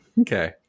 Okay